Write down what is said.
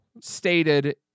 stated